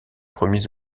premiers